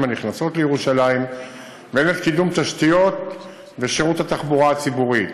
הנכנסות לירושלים והן את קידום התשתיות בשירות התחבורה הציבורית.